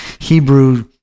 Hebrew